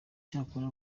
cyakora